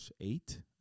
eight